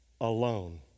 alone